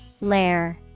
Lair